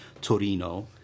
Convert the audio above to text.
Torino